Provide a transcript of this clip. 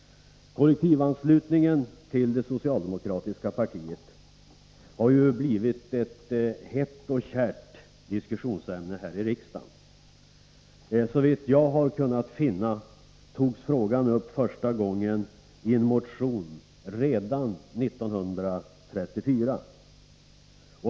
Kollektivanslutningen till det socialdemokratiska partiet har ju blivit ett hett och kärt diskussionsämne här i riksdagen. Såvitt jag har kunnat finna togs frågan upp första gången i en motion redan 1934.